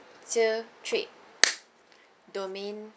two three domain